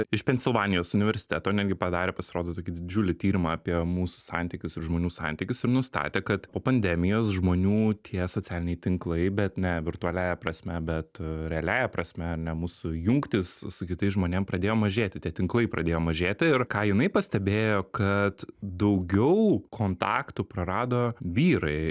iš pensilvanijos universiteto netgi padarė pasirodo tokį didžiulį tyrimą apie mūsų santykius ir žmonių santykius ir nustatė kad po pandemijos žmonių tie socialiniai tinklai bet ne virtualiąja prasme bet realiąja prasme ar ne mūsų jungtys su kitais žmonėm pradėjo mažėti tie tinklai pradėjo mažėti ir ką jinai pastebėjo kad daugiau kontaktų prarado vyrai